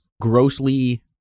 grossly